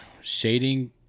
shading